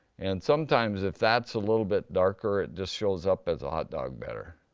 and sometimes if that's a little bit darker, it just shows up as a hot dog better.